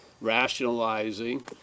rationalizing